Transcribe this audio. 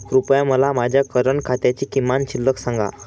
कृपया मला माझ्या करंट खात्याची किमान शिल्लक सांगा